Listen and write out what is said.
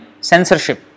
censorship